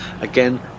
Again